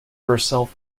herself